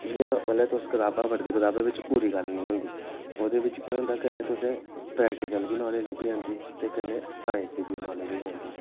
जि'यां मतलब तुस कताबां पढ़दे कताबें बिच पूरी गल्ल निं होंदी ओह्दे बिच केह् होंदा कन्नै तुसें प्रैक्टिकल बी नॉलेज लब्भी जंदी ते कन्नै साइंस दी बी नॉलेज होई जंदी